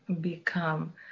become